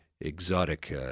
exotic